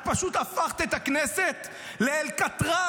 את פשוט הפכת את הכנסת לאלקטרז,